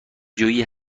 جویی